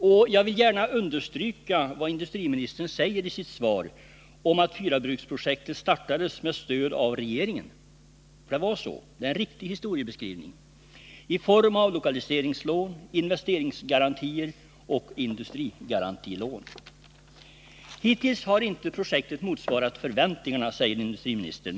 Och jag vill gärna understryka vad industriministern säger i sitt svar om att fyrabruksprojektet startades med stöd av regeringen — det är en riktig historieskrivning — och att det skedde i form av lokaliseringslån, investeringsgarantier och industrigarantilån. Hittills har inte projektet motsvarat förväntningarna, säger industriministern.